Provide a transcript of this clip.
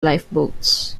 lifeboats